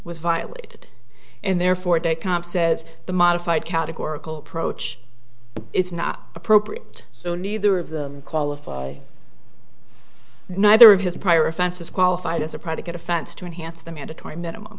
was violated and therefore de comp says the modified categorical approach is not appropriate so neither of them qualify neither of his prior offenses qualified as a predicate offense to enhance the mandatory minimum